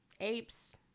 apes